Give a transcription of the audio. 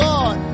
God